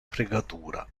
fregatura